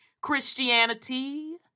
Christianity